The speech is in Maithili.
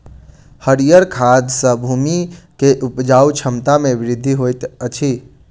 हरीयर खाद सॅ भूमि के उपजाऊ क्षमता में वृद्धि होइत अछि